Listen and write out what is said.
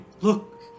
look